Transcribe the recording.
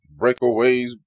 breakaways